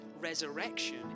resurrection